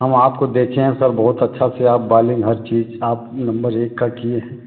हम आपको देखे हैं सर बहुत अच्छा से आप बालिंग हर चीज़ आप नंबर एक का किए हैं